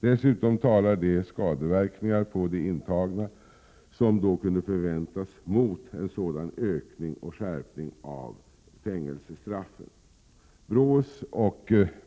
Dessutom talar de skadeverkningar på de intagna som då kunde förväntas mot en sådan ökning och skärpning av fängelsestraffen.